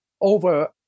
over